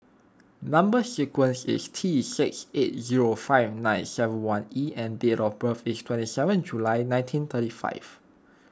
Number Sequence is T six eight zero five nine seven one E and date of birth is twenty seven July nineteen thirty five